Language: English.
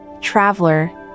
traveler